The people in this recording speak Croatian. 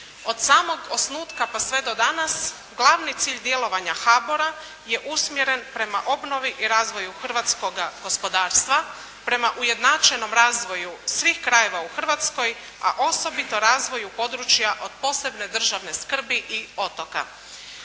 Od samog osnutka pa sve do danas glavni cilj djelovanja HBOR-a je usmjeren prema obnovi i razvoju hrvatskoga gospodarstva prema ujednačenom razvoju svih krajeva u Hrvatskoj, a osobito razvoju područja od posebne državne skrbi i otoka.